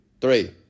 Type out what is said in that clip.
three